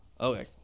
Okay